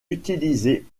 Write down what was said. utilisés